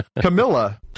Camilla